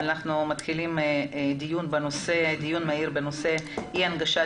אנחנו מתחילים דיון מהיר בנושא "אי הנגשת